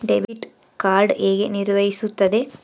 Debit card ಹೇಗೆ ಕಾರ್ಯನಿರ್ವಹಿಸುತ್ತದೆ?